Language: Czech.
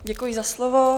Děkuji za slovo.